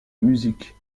musique